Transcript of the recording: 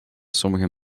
sommige